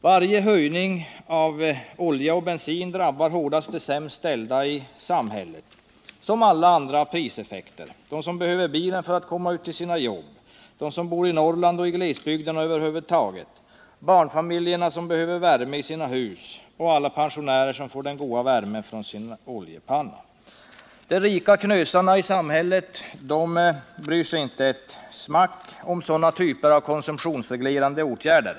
I likhet med vad som gäller för alla andra priseffekter drabbar varje höjning av olja och bensin hårdast de sämst ställda i samhället: dem som behöver bilen för att komma ut till sina jobb, dem som bor i Norrland eller i glesbygderna över huvud taget, barnfamiljerna som behöver värme i sina hus, alla pensionärer som får den goda värmen från sin oljepanna. De rika knösarna i samhället bryr sig inte ett smack om sådana typer av konsumtionsreglerande åtgärder.